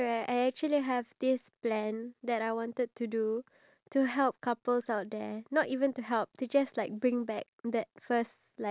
and at the end of the three days the wife actually has a decision to make whether or not the wife um is able to go on a date with the guy